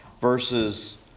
verses